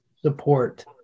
support